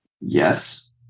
Yes